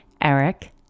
Eric